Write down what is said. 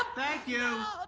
thank you!